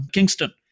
Kingston